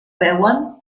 veuen